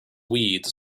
weeds